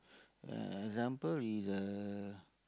uh example is a